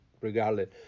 regardless